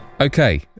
Okay